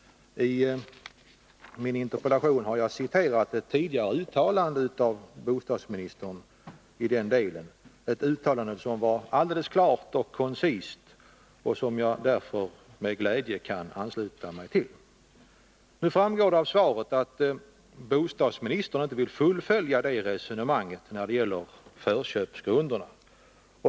I min interpellation har jag citerat ett tidigare uttalande av bostadsministern i den delen, ett uttalande som var alldeles klart och koncist och som jag därför med glädje kan ansluta mig till. Nu framgår det av svaret att bostadsministern inte vill fullfölja det resonemanget när det gäller förköpsgrunderna.